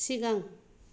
सिगां